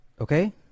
Okay